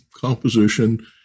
composition